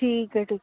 ਠੀਕ ਹੈ ਜੀ